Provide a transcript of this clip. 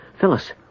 Phyllis